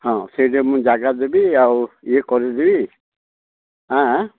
ହଁ ସେଇଟି ମୁଁ ଜାଗା ଦେବି ଆଉ ଇଏ କରିଦେବି ଆଁ ଆଁ